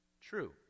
true